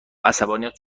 عصبانیت